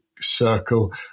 circle